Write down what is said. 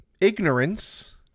ignorance